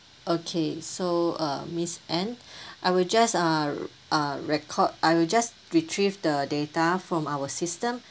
okay so uh miss ann I will just uh record I will just retrieve the data from our system